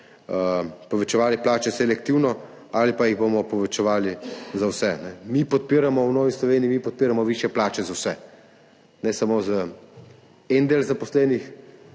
povečevali plače selektivno ali pa jih bomo povečevali za vse. Mi v Novi Sloveniji podpiramo višje plače za vse, ne samo za en del zaposlenih,